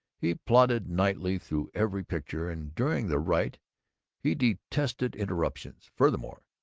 he plodded nightly through every picture, and during the rite he detested interruptions. furthermore,